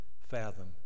fathom